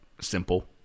simple